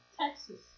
Texas